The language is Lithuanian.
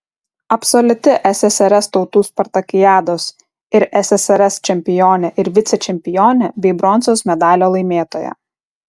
absoliuti ssrs tautų spartakiados ir ssrs čempionė ir vicečempionė bei bronzos medalio laimėtoja